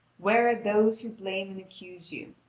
where are those who blame and accuse you?